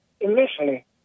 initially